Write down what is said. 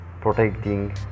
protecting